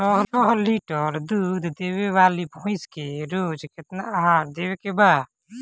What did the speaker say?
छह लीटर दूध देवे वाली भैंस के रोज केतना आहार देवे के बा?